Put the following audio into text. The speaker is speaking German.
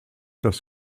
das